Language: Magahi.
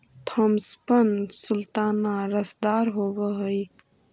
थॉम्पसन सुल्ताना रसदार होब हई